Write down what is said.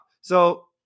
So-